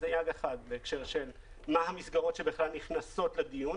סייג אחד בהקשר של מה המסגרות שבכלל נכנסות לדיון